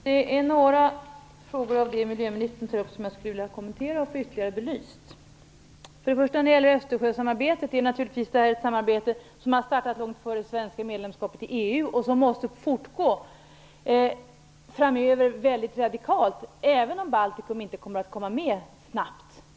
Fru talman! Några av de frågor som miljöministern tog upp vill jag kommentera och få ytterligare belyst. Östersjösamarbetet är naturligtvis ett samarbete som har startat långt före Sveriges medlemskap i EU och som framöver måste fortgå på ett mycket radikalt sätt - även om Baltikum inte kommer att komma med snabbt.